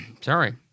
Sorry